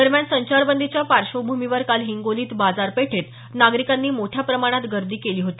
दरम्यान संचारबंदीच्या पार्श्वभूमीवर काल हिंगोलीत बाजारपेठेत नागरिकांनी मोठ्या प्रमाणात गर्दी केली होती